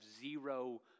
zero